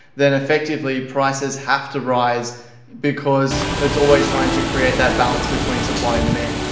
then effectively, prices have to rise because it's always trying to create that balance between supply and demand.